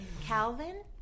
Calvin